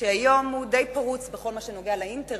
שהיום הוא די פרוץ בכל מה שנוגע לאינטרנט,